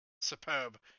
superb